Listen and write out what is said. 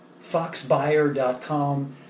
foxbuyer.com